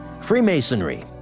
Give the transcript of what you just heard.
Freemasonry